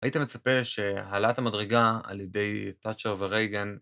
היית מצפה שהעלת המדרגה על ידי טאצ'ר ורייגן